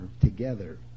together